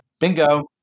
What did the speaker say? Bingo